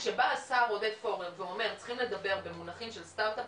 וכשבא השר עודד פורר ואומר צריכים לדבר במונחים של מדינת סטרטאפ,